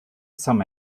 some